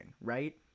right